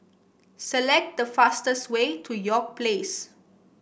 select the fastest way to York Place